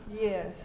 yes